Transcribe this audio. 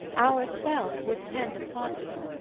ourself would tend upon you.